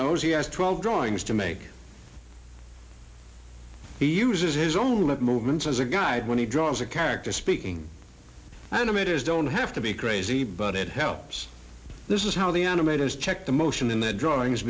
knows he has twelve drawings to make he uses his own like movement as a guide when he draws a character speaking animators don't have to be crazy but it helps this is how the animators checked the motion in the drawings